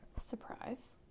Surprise